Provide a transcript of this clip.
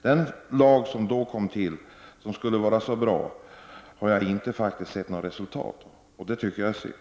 Den lag som kom till och som skulle vara så bra har jag inte sett något resultat av. Det tycker jag är synd.